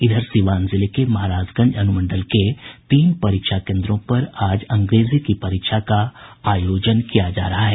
इधर सीवान जिले के महाराजगंज अनुमंडल के तीन परीक्षा केन्द्रों पर आज अंग्रेजी की परीक्षा का आयोजन किया जा रहा है